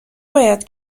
باید